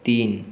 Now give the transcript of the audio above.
तीन